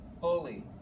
fully